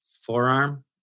forearm